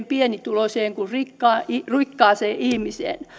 pienituloiseen kuin rikkaaseen rikkaaseen ihmiseen